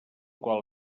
qual